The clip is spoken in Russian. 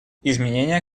изменения